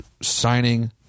signing